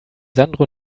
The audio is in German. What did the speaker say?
sandro